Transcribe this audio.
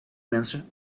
mensen